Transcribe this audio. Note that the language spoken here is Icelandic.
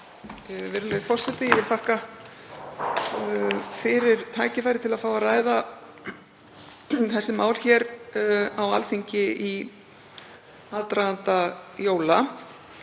Virðulegur forseti. Ég vil þakka fyrir tækifærið til að fá að ræða þessi mál hér á Alþingi í aðdraganda jóla.